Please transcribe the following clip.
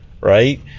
right